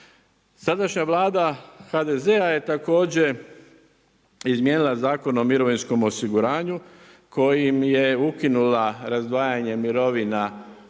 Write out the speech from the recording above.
Sadašnja Vlada HDZ-a je također izmijenila Zakon o mirovinskom osiguranju kojim je ukinula razdvajanje mirovina po